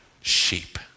sheep